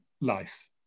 life